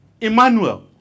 Emmanuel